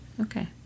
Okay